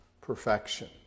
perfection